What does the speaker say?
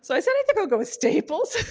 so i said, i think i'll go with staples.